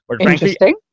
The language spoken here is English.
Interesting